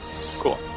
Cool